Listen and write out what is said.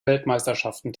weltmeisterschaften